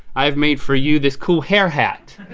i've made for you this cool hair hat.